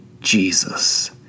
Jesus